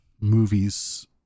movies